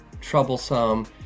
troublesome